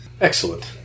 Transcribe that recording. Excellent